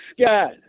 Scott